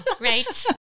Right